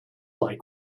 like